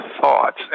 thoughts